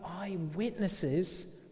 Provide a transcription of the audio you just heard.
eyewitnesses